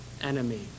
enemy